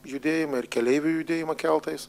judėjimą ir keleivių judėjimą keltais